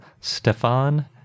Stefan